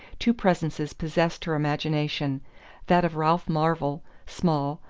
two presences possessed her imagination that of ralph marvell, small,